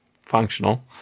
functional